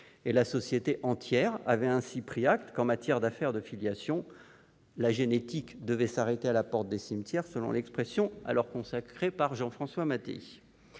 La société tout entière avait ainsi pris acte du fait que, dans les affaires de filiation, « la génétique devait s'arrêter à la porte des cimetières », selon l'expression alors employée par Jean-François Mattei.